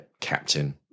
captain